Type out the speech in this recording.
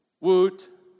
woot